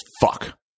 fuck